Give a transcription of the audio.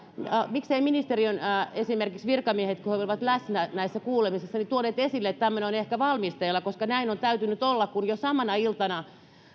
mikseivät esimerkiksi ministeriön virkamiehet kun he olivat läsnä näissä kuulemisissa tuoneet esille että tämmöinen on ehkä valmisteilla näin on täytynyt olla kun jo samana iltana